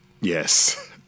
Yes